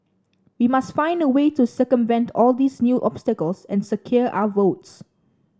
we must find a way to circumvent all these new obstacles and secure our votes